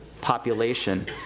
population